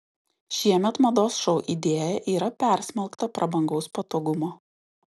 šiemet mados šou idėja yra persmelkta prabangaus patogumo